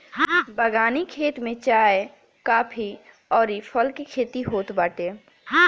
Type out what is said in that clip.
बगानी खेती में चाय, काफी अउरी फल के खेती होत बाटे